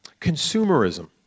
consumerism